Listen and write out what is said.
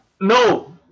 No